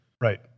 Right